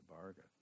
bargain